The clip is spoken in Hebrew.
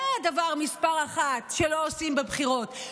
זה הדבר מס' אחת שלא עושים בבחירות,